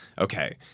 okay